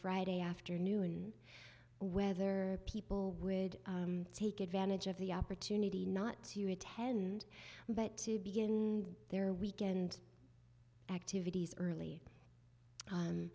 friday afternoon whether people would take advantage of the opportunity not to attend but to begin their weekend activities early